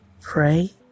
pray